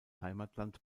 heimatland